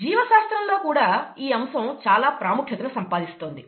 జీవశాస్త్రంలో కూడా ఈ అంశం చాలా ప్రాముఖ్యతను సంపాదిస్తోంది